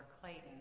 Clayton